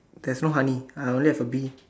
there's no honey I only have a bee